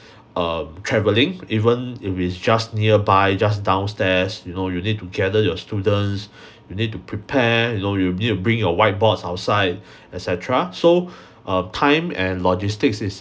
err travelling even if it's just nearby just downstairs you know you need to gather your students you need to prepare you know you need to bring your whiteboards outside et cetera so uh time and logistics is